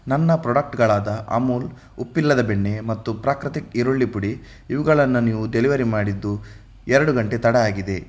ನನ್ನ ಪ್ರಾಡಕ್ಟ್ಗಳಾದ ಅಮುಲ್ ಉಪ್ಪಿಲ್ಲದ ಬೆಣ್ಣೆ ಮತ್ತು ಪ್ರಾಕೃತಿಕ್ ಈರುಳ್ಳಿ ಪುಡಿ ಇವುಗಳನ್ನು ನೀವು ಡೆಲಿವರಿ ಮಾಡಿದ್ದು ಎರಡು ಗಂಟೆ ತಡ ಆಗಿದೆ